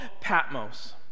Patmos